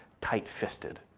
tight-fisted